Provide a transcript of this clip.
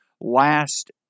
last